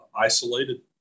isolated